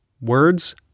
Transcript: Words